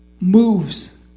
moves